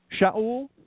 Shaul